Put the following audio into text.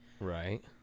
Right